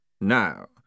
Now